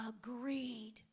agreed